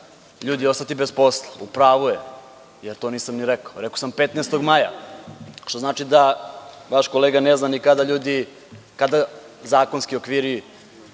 ljudi ostati bez posla. U pravu je, jer to nisam ni rekao, rekao sam 15. maja. Što znači da vaš kolega ne zna ni kada zakonski okviri